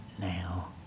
now